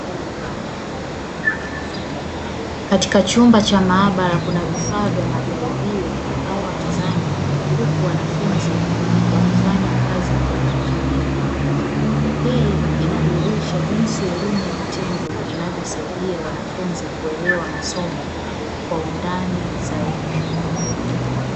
Katika chumba cha maabara kuna vifaa vya majaribio vimepangwa mezani, huku wanafunzi wakifanya kazi kwa umakini. Hii inadhihirisha jinsi elimu ya vitendo inavyosaidia wanafunzi kuelewa masomo kwa undani zaidi.